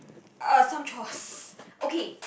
uh some chores okay